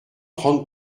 trente